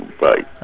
right